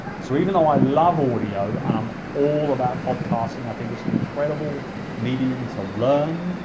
so even though i love audio and i'm all about podcasting, i think it's an incredible medium to learn.